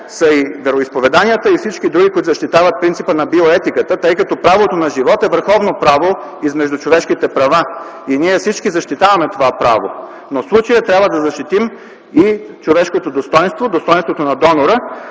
са и вероизповеданията, и всички други, които защитават принципа на биоетиката, тъй като правото на живот е върховно право измежду човешките права и всички ние защитаваме това право. Но в случая трябва да защитим и човешкото достойнство – достойнството на донора,